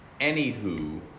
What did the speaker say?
anywho